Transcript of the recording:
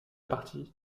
partie